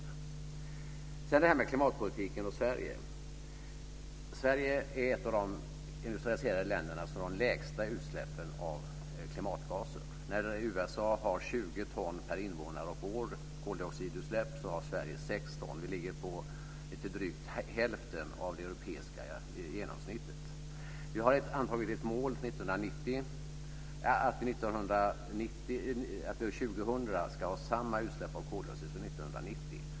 Vad sedan gäller den svenska klimatpolitiken är Sverige ett av de industrialiserade länder som har de lägsta utsläppen av klimatgaser. USA har 20 ton per invånare och år i koldioxidutsläpp, och Sverige har 6 ton. Vi ligger lite över det europeiska genomsnittet. Vi har antagit ett mål att 2000 ha samma utsläpp av koldioxid som 1990.